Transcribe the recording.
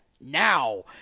now